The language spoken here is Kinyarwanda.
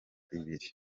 ibiri